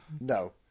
No